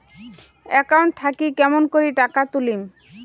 Account থাকি কেমন করি টাকা তুলিম?